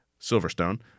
Silverstone